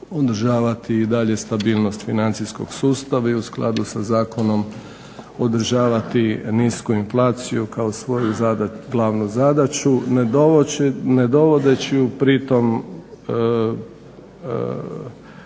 održavati i dalje stabilnost financijskog sustava i u skladu sa zakonom održavati nisku inflaciju kao svoju glavnu zadaću ne dovodeći ju pritom,